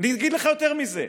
אגיד לך יותר מזה.